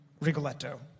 Rigoletto